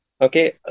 Okay